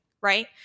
right